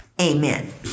amen